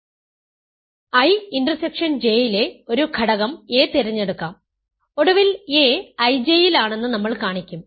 അതിനാൽ I intersection J യിലെ ഒരു ഘടകം a തിരഞ്ഞെടുക്കാം ഒടുവിൽ a IJ യിലാണെന്ന് നമ്മൾ കാണിക്കും